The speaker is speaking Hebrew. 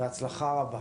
בהצלחה רבה,